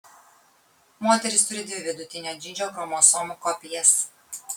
moterys turi dvi vidutinio dydžio chromosomų kopijas